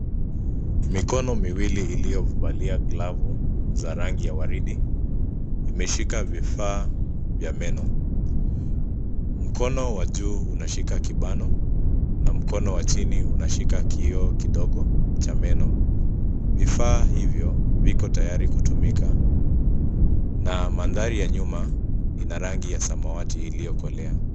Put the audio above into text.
Mikono miwili iliyovalia glovu za rangi ya waridi imeshika vifaa vya meno. Mkono wa juu unashika kibano na mkono wa chini unashika kioo kidogo cha meno. Vifaa hivyo viko tayari kutumika na mandhari ya nyuma ina rangi ya samawati iliyokolea.